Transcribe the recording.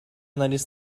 анализ